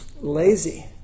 lazy